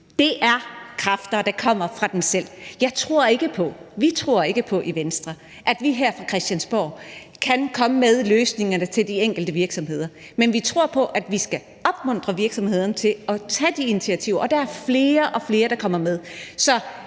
Det er kræfter, der kommer fra dem selv. Vi i Venstre tror ikke på, at vi her fra Christiansborg kan komme med løsningerne til de enkelte virksomheder, men vi tror på, at vi skal opmuntre virksomhederne til at tage de initiativer, og der er flere og flere, der kommer med.